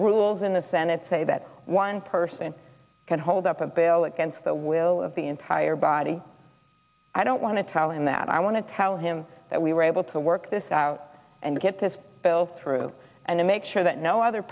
rules in the senate say that one person can hold up a bill against the will of the entire body i don't want to tell him that i want to tell him that we were able to work this out and get this bill through and to make sure that no other